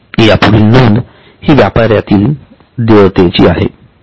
या पुढील नोंद हि व्यापारातील देयतेचीआहे